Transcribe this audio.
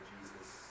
Jesus